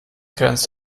grenzt